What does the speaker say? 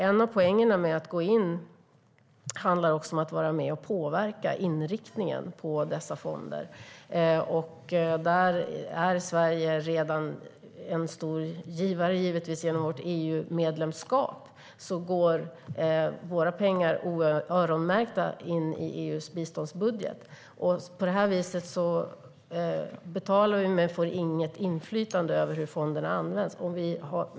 En av poängerna med att gå in handlar om att vara med och påverka inriktningen på dessa fonder. Där är Sverige givetvis redan en stor givare. Genom vårt EU-medlemskap går våra pengar öronmärkta in i EU:s biståndsbudget. På det viset betalar vi men får inget inflytande över hur fonderna används.